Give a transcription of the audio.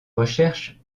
recherches